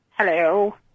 Hello